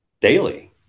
daily